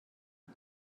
مگه